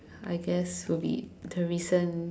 I guess will be the recent